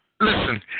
Listen